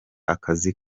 akazi